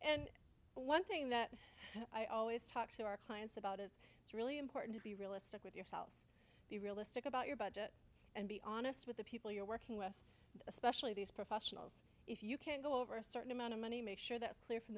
and one thing that i always talk to our clients about is it's really important to be realistic with yourselves be realistic about your budget and be honest with the people you're working with especially these professionals if you can't go over a certain amount of money make sure that's clear from